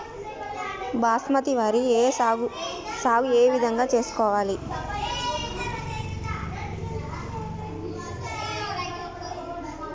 బాస్మతి వరి సాగు ఏ విధంగా చేసుకోవాలి?